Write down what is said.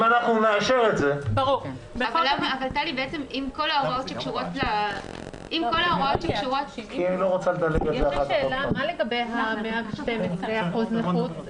אם כל ההוראות שקשורות --- מה לגבי 112% נכות?